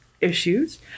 issues